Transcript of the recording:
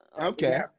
Okay